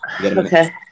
Okay